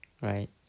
Right